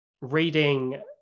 Reading